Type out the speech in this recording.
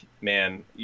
man